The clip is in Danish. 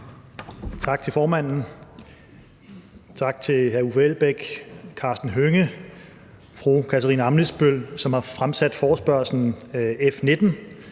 Tak til formanden. Tak til hr. Uffe Elbæk, hr. Karsten Hønge, fru Katarina Ammitzbøll, som har fremsat forespørgslen, F 19.